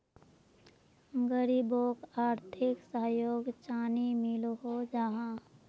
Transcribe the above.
गरीबोक आर्थिक सहयोग चानी मिलोहो जाहा?